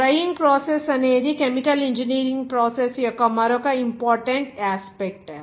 drying process అనేది chemical engineering process యొక్క మరొక ఇంపార్టెంట్ యాస్పెక్ట్